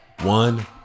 one